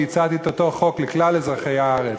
והצעתי את אותו חוק לכלל אזרחי הארץ,